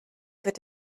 wird